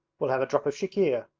we'll have a drop of chikhir